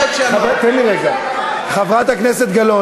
תן לי רגע לומר משהו,